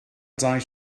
dau